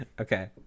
Okay